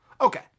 Okay